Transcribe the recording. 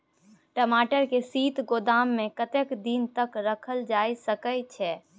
टमाटर के शीत गोदाम में कतेक दिन तक रखल जा सकय छैय?